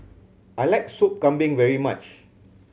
I like Sop Kambing very much